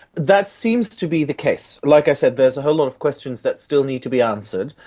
that seems to be the case. like i said, there's a whole lot of questions that still need to be answered.